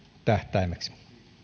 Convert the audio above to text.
tähtäimeksi